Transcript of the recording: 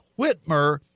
Whitmer